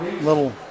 little –